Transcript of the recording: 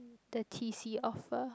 the T_C offer